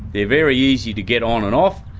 they're very easy to get on and off,